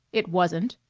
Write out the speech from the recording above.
it wasn't.